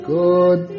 good